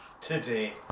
Today